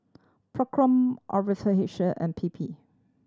Procom R V and P P